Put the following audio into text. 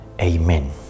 Amen